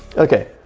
okay,